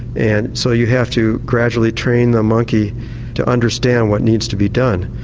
and so you have to gradually train the monkey to understand what needs to be done.